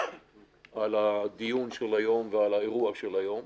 על הדיון של היום ועל האירוע של היום,